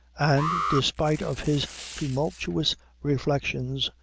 and, despite of his tumultuous reflections,